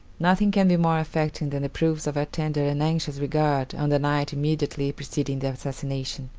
nothing can be more affecting than the proofs of her tender and anxious regard on the night immediately preceding the assassination.